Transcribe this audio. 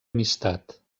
amistat